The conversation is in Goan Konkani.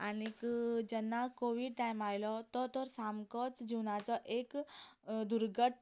आनीक जेन्ना कोविड टायम आयलो तो तर सामकोच जीवनाचो एक दुर्घट